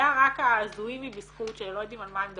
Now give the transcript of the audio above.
זה היה רק ההזויים מ"בזכות" שהם לא יודעים על מה הם מדברים.